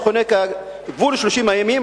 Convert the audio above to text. המכונה 'גבול 30 הימים',